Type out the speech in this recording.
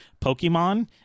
Pokemon